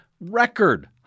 record